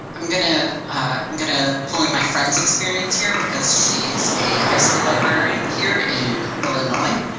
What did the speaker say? i'm going to going to pull in my friends experience here because she is a high school librarian here in illinois.